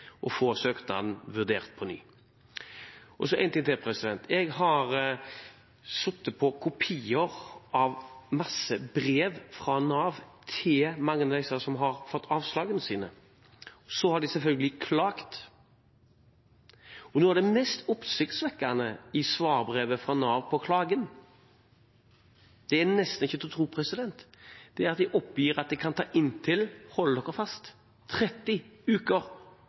og få søknaden vurdert på nytt. Og én ting til: Jeg har sittet på kopier av mange brev fra Nav til mange av disse som har fått avslag. De har selvfølgelig klaget, og noe av det mest oppsiktsvekkende i svarbrevet fra Nav på klagen – det er nesten ikke til å tro – er at de oppgir at det kan ta inntil, hold dere fast, 30 uker